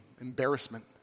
embarrassment